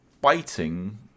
biting